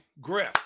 Griff